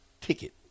ticket